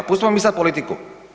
Pustimo mi sad politiku.